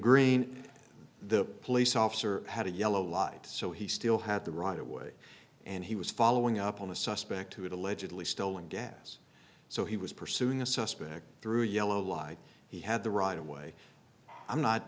green the police officer had a yellow light so he still had the right of way and he was following up on a suspect who had allegedly stolen gas so he was pursuing a suspect through a yellow light he had the right away i'm not